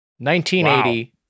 1980